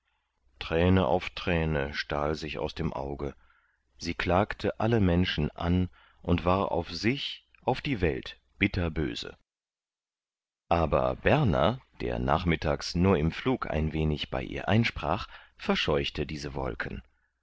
träne auf träne stahl sich aus dem auge sie klagte alle menschen an und war auf sich auf die welt bitterböse aber berner der nachmittags nur im flug ein wenig bei ihr einsprach verscheuchte diese wolken